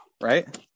Right